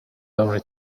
every